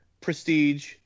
Prestige